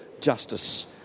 justice